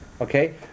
Okay